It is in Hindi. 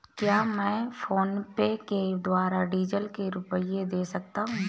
क्या मैं फोनपे के द्वारा डीज़ल के रुपए दे सकता हूं?